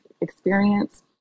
experience